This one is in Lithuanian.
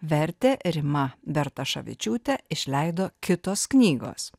vertė rima bertašavičiūtė išleido kitos knygos